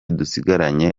dusigaranye